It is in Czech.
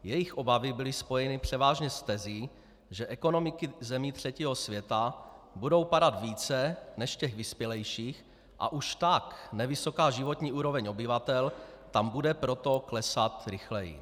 Jejich obavy byly spojeny převážně s tezí, že ekonomiky zemí třetího světa budou padat více než těch vyspělejších a už tak nevysoká životní úroveň obyvatel tam bude proto klesat rychleji.